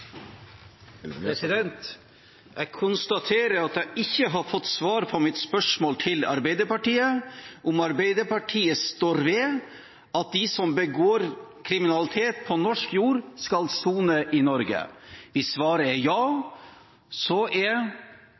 Jeg konstaterer at jeg ikke har fått svar på mitt spørsmål til Arbeiderpartiet om Arbeiderpartiet står ved at de som begår kriminalitet på norsk jord, skal sone i Norge. Hvis svaret er ja, er budsjettet til Arbeiderpartiet underbudsjettert med minst 74 mill. kr. Hvis svaret er